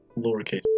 lowercase